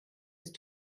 ist